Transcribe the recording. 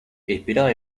esperaba